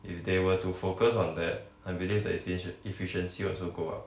if they were to focus on that I believe that efficiency also go up